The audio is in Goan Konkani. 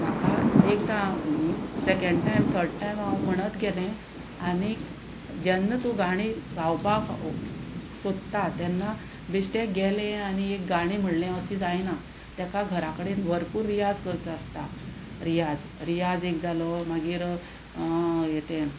म्हाका एकदां सेकेंड टायम थर्ड टायम हांव म्हणत गेलें आनीक जेन्ना तूं गाणी गावपा सोदता तेन्ना बेश्टें गेलें आनी एक गाणी म्हणलें अशी जायना तेका घराकडेन भरपूर रियाज करचो आसता रियाज रियाज एक जालो मागीर यें तें